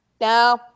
No